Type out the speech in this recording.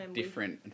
different